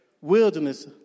Wilderness